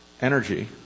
energy